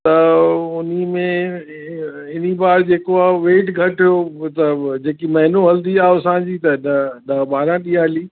त उन में इन बार जेको आहे वेट घटि त जेकी महीनो हलंदी आहे असांजी त ॾ ॾह ॿारहं ॾींहं हली